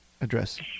address